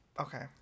okay